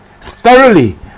thoroughly